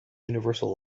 universal